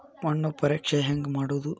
ಮಣ್ಣು ಪರೇಕ್ಷೆ ಹೆಂಗ್ ಮಾಡೋದು?